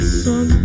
sun